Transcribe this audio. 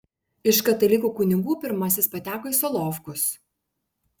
iš katalikų kunigų pirmasis pateko į solovkus